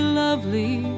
lovely